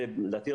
לדעתי,